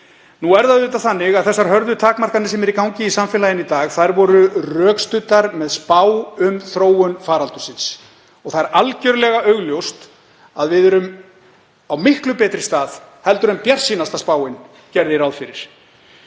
En þá að ástandinu. Þær hörðu takmarkanir sem eru í gangi í samfélaginu í dag voru rökstuddar með spá um þróun faraldursins og það er algerlega augljóst að við erum á miklu betri stað en bjartsýnasta spáin gerði ráð fyrir.